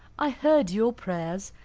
i heard your prayers.